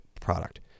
product